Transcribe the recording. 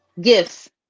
gifts